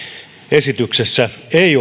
esityksessä ei